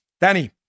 Danny